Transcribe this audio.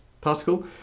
particle